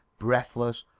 breathless,